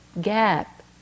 gap